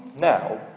now